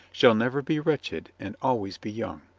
shall never be wretched, and always be young.